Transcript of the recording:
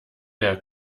der